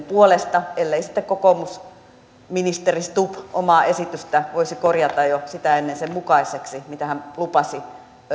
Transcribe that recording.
puolesta ellei sitten kokoomusministeri stubb omaa esitystään voisi korjata jo sitä ennen sen mukaiseksi mitä hän lupasi